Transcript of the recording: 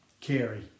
carry